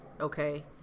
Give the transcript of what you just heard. okay